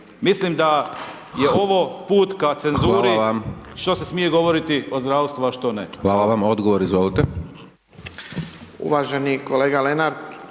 Mislim da je ovo put ka cenzuri što se smije govoriti o zdravstvu a što ne. **Hajdaš Dončić, Siniša